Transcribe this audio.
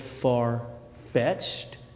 far-fetched